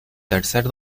tercer